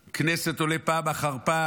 בכנסת זה עולה פעם אחר פעם,